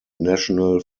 national